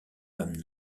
femmes